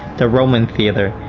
the roman theater,